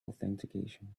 authentication